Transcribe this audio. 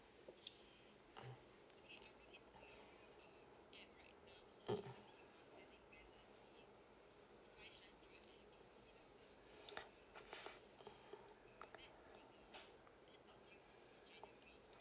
mm